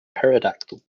pterodactyl